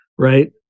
right